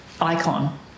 icon